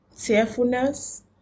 tearfulness